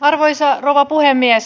arvoisa rouva puhemies